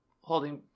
holding